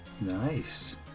nice